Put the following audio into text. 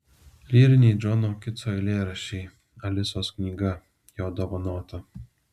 lyriniai džono kitso eilėraščiai alisos knyga jo dovanota